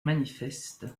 manifestent